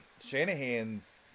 Shanahan's –